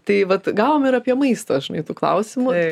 tai vat gavome ir apie maistą žinai tų klausimų